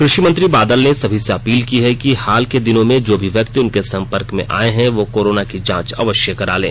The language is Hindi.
कृषि मंत्री बादल ने सभी से अपील की है कि हाल के दिनों में जो भी व्यक्ति उनके सम्पर्क में आये हैं वो कोरोना की जांच अवश्य करा लें